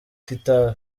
kitabi